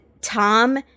tom